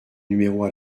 numéros